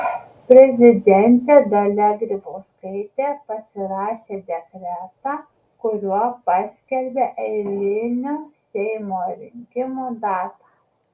prezidentė dalia grybauskaitė pasirašė dekretą kuriuo paskelbė eilinių seimo rinkimų datą